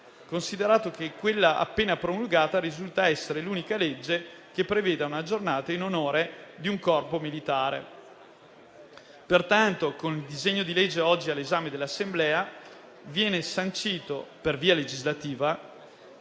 considerato che quella appena promulgata risulta essere l'unica legge che prevede una giornata in onore di un corpo militare». Pertanto, con il disegno di legge oggi all'esame dell'Assemblea viene sancito per via legislativa